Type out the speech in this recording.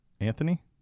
Anthony